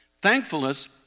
Thankfulness